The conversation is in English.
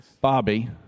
Bobby